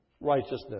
righteousness